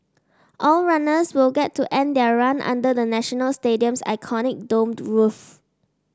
all runners will get to end their run under the National Stadium's iconic domed roof